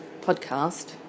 podcast